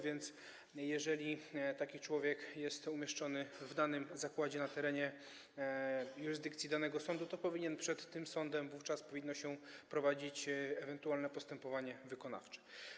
Więc jeżeli taki człowiek jest umieszczony w danym zakładzie na terenie jurysdykcji danego sądu, to wówczas przed tym sądem powinno się prowadzić ewentualne postępowanie wykonawcze.